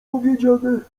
powiedziane